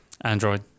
Android